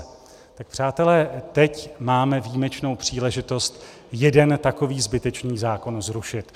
Tak přátelé, teď máme výjimečnou příležitost jeden takový zbytečný zákon zrušit.